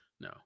no